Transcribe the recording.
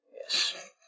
Yes